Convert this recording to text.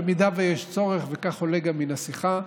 במידה שיש צורך, וכך עולה גם מן השיחה,